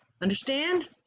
understand